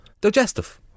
Digestive